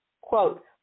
quote